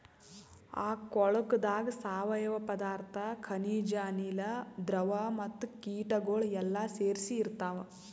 ಆ ಕೊಳುಕದಾಗ್ ಸಾವಯವ ಪದಾರ್ಥ, ಖನಿಜ, ಅನಿಲ, ದ್ರವ ಮತ್ತ ಕೀಟಗೊಳ್ ಎಲ್ಲಾ ಸೇರಿಸಿ ಇರ್ತಾವ್